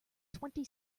twenty